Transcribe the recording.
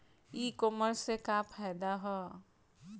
ई कामर्स से का फायदा ह?